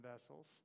vessels